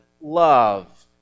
love